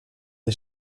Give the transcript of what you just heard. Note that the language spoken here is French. des